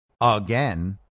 again